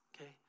okay